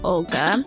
Olga